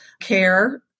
care